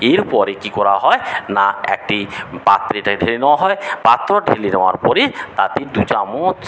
এরপরে কি করা হয় না একটি পাত্রে এটা ঢেলে নেওয়া হয় পাত্রে ঢেলে নেওয়ার পরে তাতে দু চামচ